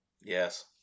yes